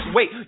Wait